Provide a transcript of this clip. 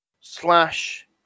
slash